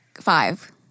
five